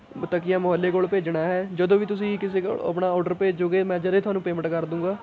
ਤਕੀਆ ਮੁਹੱਲੇ ਕੋਲ ਭੇਜਣਾ ਹੈ ਜਦੋਂ ਵੀ ਤੁਸੀਂ ਕਿਸੇ ਕੋਲ ਆਪਣਾ ਔਡਰ ਭੇਜੋਗੇ ਮੈਂ ਜਦੇ ਤੁਹਾਨੂੰ ਪੇਮੈਂਟ ਕਰ ਦੂੰਗਾ